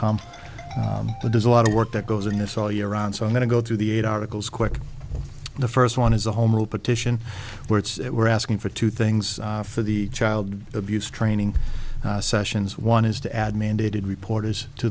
but there's a lot of work that goes on this all year round so i'm going to go through the eight articles quick the first one is a home rule petition which we're asking for two things for the child abuse training sessions one is to add mandated reporters to